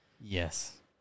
yes